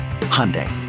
Hyundai